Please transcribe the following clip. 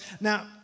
now